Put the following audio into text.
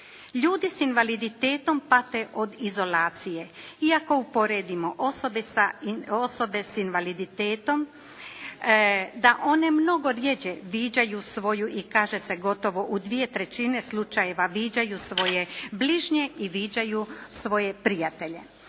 Ljudi s invaliditetom pate od izolacije iako uporedimo osobe s invaliditetom da one mnogo rjeđe viđaju svoju i kaže se gotovo u dvije trećine slučajeva viđaju svoje bližnje i viđaju svoje prijatelje.